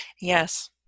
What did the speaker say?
Yes